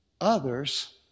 others